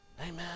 Amen